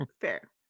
fair